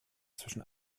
zwischen